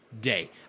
day